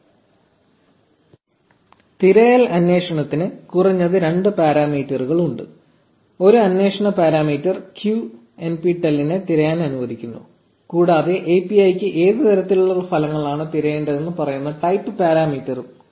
1035 തിരയൽ അന്വേഷണത്തിന് കുറഞ്ഞത് രണ്ട് പാരാമീറ്ററുകൾ ഉണ്ട് ഒരു അന്വേഷണ പരാമീറ്റർ 'q' nptel നെ തിരയാൻ അനുവദിക്കുന്നു കൂടാതെ API യ്ക്ക് ഏത് തരത്തിലുള്ള ഫലങ്ങളാണ് തിരയേണ്ടതെന്ന് പറയുന്ന 'ടൈപ്പ് പാരാമീറ്ററും'